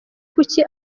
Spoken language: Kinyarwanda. kuki